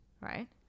right